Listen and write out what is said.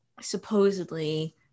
supposedly